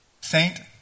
Saint